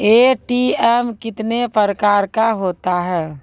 ATM कितने प्रकार का होता हैं?